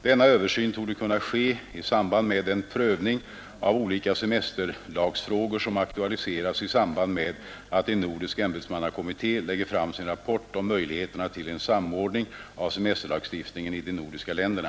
Denna översyn torde kunna ske i samband med den prövning av olika semesterlagsfrågor, som aktualiseras i samband med att en nordisk ämbetsmannakommitté lägger fram sin rapport om möjligheterna till en samordning av semesterlagstiftningen i de nordiska länderna.